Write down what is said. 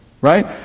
Right